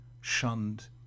shunned